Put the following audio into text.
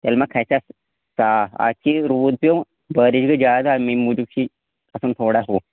تیٚلہِ ما کھَسہِ اَتھ صاف اَتھ چھِ روٗد پٮ۪و بٲرِش گٔے زیادٕ اَمی موٗجوٗب چھِ کھسان تھوڑا ہُو